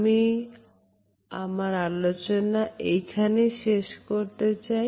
আমি আমার আলোচনা এখানেই শেষ করতে চাই